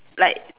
like